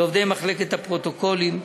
לעובדי מחלקת הפרוטוקולים,